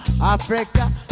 Africa